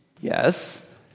Yes